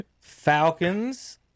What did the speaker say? Falcons